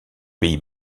pays